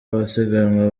abasiganwa